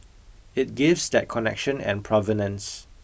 it gives that connection and provenance